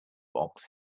box